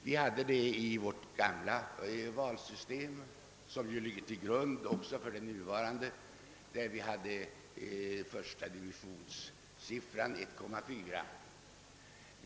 Vi hade det i vårt gamla valsystem, som ju ligger till grund också för det nuvarande. Där var första divisorn 1,4.